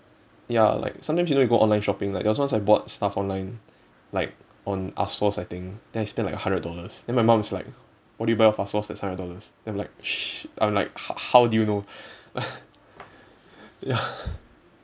ya like sometimes you know you go online shopping like there was once I bought stuff online like on ASOS I think then I spent like a hundred dollars then my mum is like what did you buy at ASOS that's a hundred dollars then I'm like sh~ I'm like h~ how do you know ya